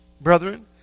Brethren